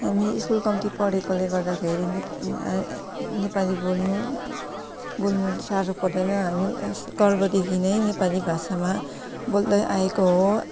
हामी स्कुल कम्ती पढेकोले गर्दाखेरि नेपाली बोल्नु बोल्नु साह्रो पर्दैन हामी गर्भदेखि नै नेपाली भाषामा बोल्दै आएको हो